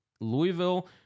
Louisville